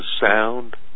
sound